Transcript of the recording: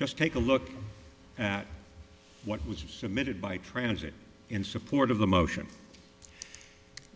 just take a look at what was submitted by transit in support of the motion